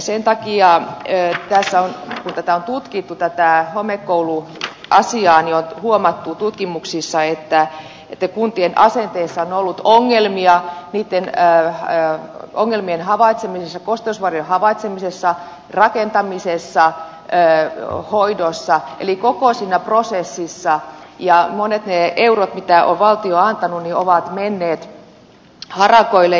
sen takia tässä kun on tutkittu tätä homekouluasiaa niin on huomattu tutkimuksissa että kuntien asenteissa on ollut ongelmia niitten ongelmien havaitsemisessa kosteusvaurioiden havaitsemisessa rakentamisessa hoidossa eli koko siinä prosessissa ja monet eurot mitä on valtio antanut ovat menneet harakoille